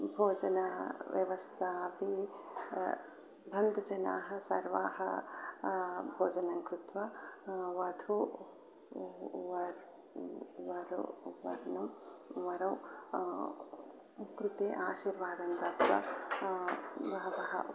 भोजनव्यवस्था अपि बन्धुजनाः सर्वे भोजनङ्कृत्वा वधू वरौ वरौ वरौ कृते आशीर्वादं दत्वा बहवः